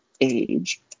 age